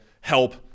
help